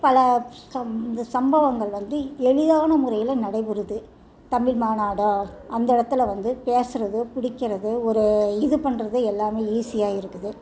பல இந்த சம்பவங்கள் வந்து எளிதான முறையில் நடைபெறுது தமிழ் மாநாடாக அந்த இடத்துல வந்து பேசுறது பிடிக்கிறது ஒரு இது பண்ணுறது எல்லாம் ஈஸியாக இருக்குது